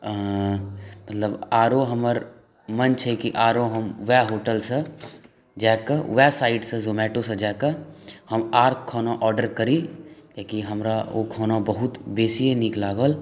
मतलब आओर हमर मोन छै कि आओर हम वएह होटलसँ जाकऽ वएह साइटसँ जोमैटोसँ जाकऽ हम आओर खाना ऑडर करी कियाकि हमरा ओ खाना बहुत बेसिए नीक लागल